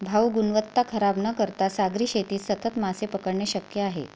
भाऊ, गुणवत्ता खराब न करता सागरी शेतीत सतत मासे पकडणे शक्य आहे